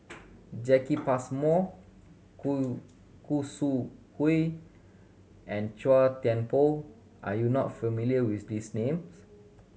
Jacki Passmore Khoo Khoo Sui Hoe and Chua Thian Poh are you not familiar with these names